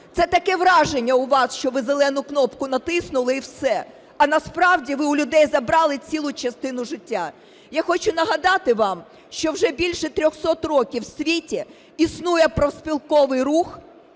Це таке враження у вас, що ви зелену кнопку натиснули і все, а насправді ви у людей забрали цілу частину життя. Я хочу нагадати вам, що вже більше 300 років в світі існує профспілковий рух,